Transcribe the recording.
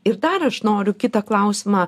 ir dar aš noriu kitą klausimą